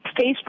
Facebook